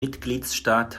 mitgliedstaat